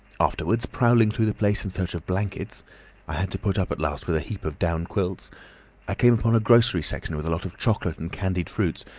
afterwards, prowling through the place in search of blankets i had to put up at last with a heap of down quilts i came upon a grocery section with a lot of chocolate and candied fruits,